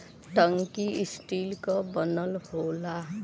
टंकी स्टील क बनल होला